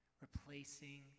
Replacing